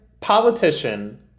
politician